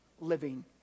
living